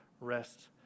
rest